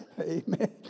amen